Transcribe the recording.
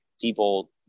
people